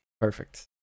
Perfect